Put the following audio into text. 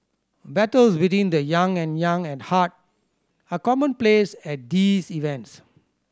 battles between the young and young at heart are commonplace at these events